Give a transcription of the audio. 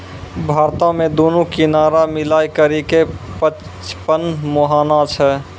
भारतो मे दुनू किनारा मिलाय करि के पचपन मुहाना छै